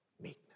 meekness